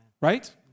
right